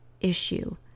issue